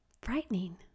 frightening